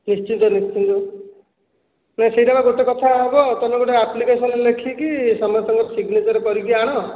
ନିଶ୍ଚିନ୍ତ ନିଶ୍ଚିନ୍ତ ସେହିଟା ପା ଗୋଟେ କଥା ହେବ ତମେ ଗୋଟେ ଆପ୍ଲିକେସନ ଲେଖକି ସମସ୍ତଙ୍କ ର ସିଗ୍ନେଚର କରିକି ଆଣ